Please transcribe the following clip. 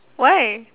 why